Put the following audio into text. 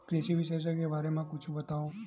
कृषि विशेषज्ञ के बारे मा कुछु बतावव?